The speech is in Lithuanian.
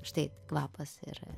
štai kvapas ir